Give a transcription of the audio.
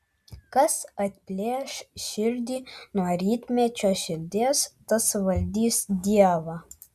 kas atplėš širdį nuo rytmečio širdies tas valdys dievą